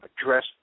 address